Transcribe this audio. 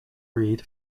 reed